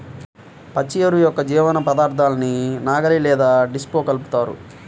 పచ్చి ఎరువు యొక్క జీవపదార్థాన్ని నాగలి లేదా డిస్క్తో కలుపుతారు